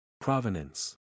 Provenance